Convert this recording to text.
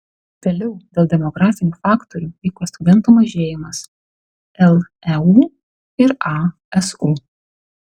vėliau dėl demografinių faktorių vyko studentų mažėjimas leu ir asu